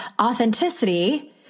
authenticity